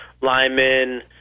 linemen